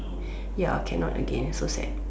ya cannot again so sad